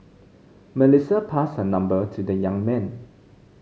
Melissa passed her number to the young man